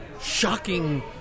shocking